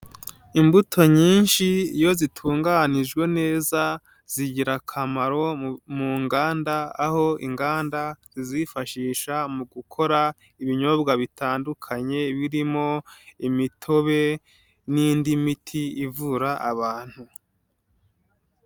Imbuto nyinshi iyo zitunganijwe neza zingira akamaro mu nganda, aho inganda zizifashisha mu gukora ibinyobwa bitandukanye, birimo imitobe n'indi miti ivura abantu.